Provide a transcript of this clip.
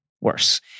worse